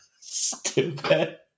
Stupid